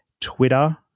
Twitter